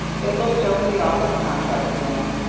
they looked over the offered contract again.